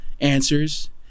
answers